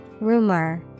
Rumor